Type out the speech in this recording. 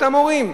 אותם הורים.